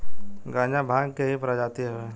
गांजा भांग के ही प्रजाति हवे